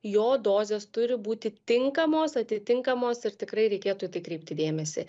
jo dozės turi būti tinkamos atitinkamos ir tikrai reikėtų į tai kreipti dėmesį